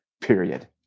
period